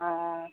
অঁ